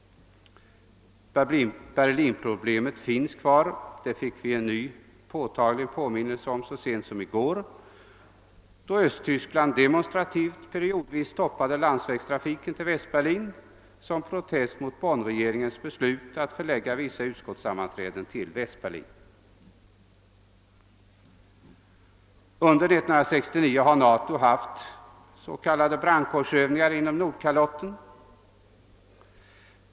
Berlinproblemet finns kvar. Det fick vi en ny, påtaglig påminnelse om så sent som i går, då Östtyskland demonstrativt periodvis stoppade landsvägstrafiken till Västberlin som protest mot Bonnregeringens beslut att förlägga vissa utskottssammanträden till Västberlin. Under 1969 har NATO haft s.k. »brandkårsövningar» inom Nordkalottområdet.